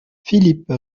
philippe